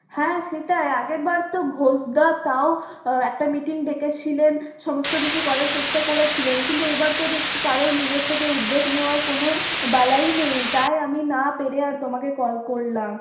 হ্যাঁ সেটাই আগেরবার তো ঘোষদা তাও একটা মিটিং ডেকেছিলেন সমস্তকিছু করার চেষ্টা করেছিলেন কিন্তু এবার তো দেখছি কারোর নিজে থেকে উদ্যোগ নেওয়ার কোনও বালাইই নেই তাই আমি না পেরে আর তোমাকে কল করলাম